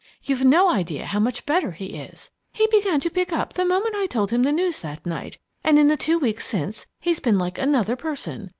you've no idea how much better he is! he began to pick up the moment i told him the news that night and in the two weeks since, he's been like another person.